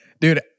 dude